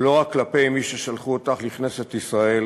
לא רק כלפי מי ששלחו אותך לכנסת ישראל